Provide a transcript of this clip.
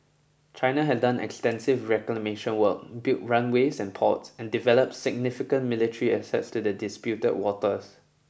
China has done extensive reclamation work built runways and ports and developed significant military assets to the disputed waters